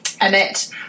Annette